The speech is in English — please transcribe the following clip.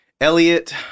Elliot